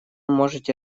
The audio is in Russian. можете